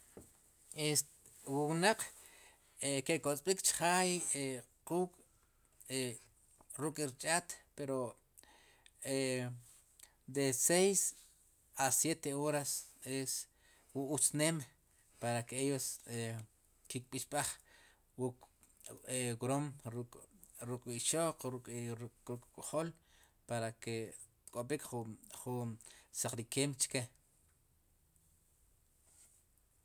Est wu wnaq ki'k'osb'ik chjaay e quuk' ruk'rch'aat e de seis a siete horas es wu utz neem para ke ellos kekpixb'aj wuk wrom ruk'wu ixoq ruk' kuk' kk'jol para ke kk'b'ik jun saqrikeem chke.